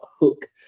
hook